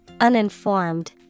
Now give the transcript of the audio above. uninformed